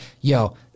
yo